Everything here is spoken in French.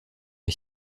est